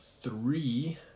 three